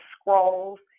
scrolls